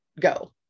go